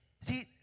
See